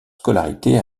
scolarité